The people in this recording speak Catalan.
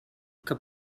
que